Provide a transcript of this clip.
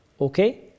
Okay